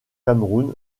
cameroun